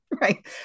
Right